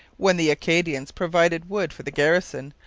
when the acadians provided wood for the garrison,